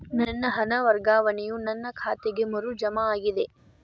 ನನ್ನ ಹಣ ವರ್ಗಾವಣೆಯು ನನ್ನ ಖಾತೆಗೆ ಮರು ಜಮಾ ಆಗಿದೆ